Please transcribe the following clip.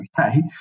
okay